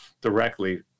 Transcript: directly